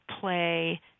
play